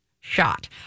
shot